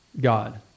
God